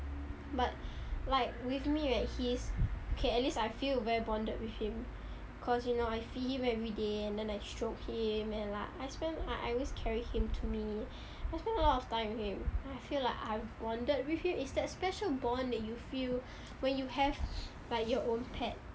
but like with me right he is K at least I feel very bonded with him cause you know I feed him every day and then I stroke him and like I I spend always carry him to me I spend a lot of time with him I feel like I've bonded with him it's that special bond that you feel when you have like your own pet